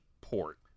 port